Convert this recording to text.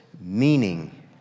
meaning